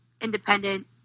independent